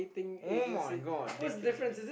[oh]-my-god dating